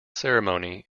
ceremony